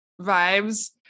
vibes